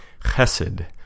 chesed